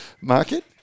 market